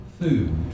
food